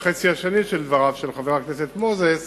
והחצי השני של חבר הכנסת מוזס,